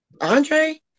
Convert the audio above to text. Andre